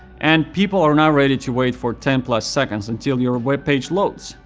and people are not ready to wait for ten plus seconds until your webpage loads.